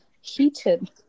heated